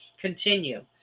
Continue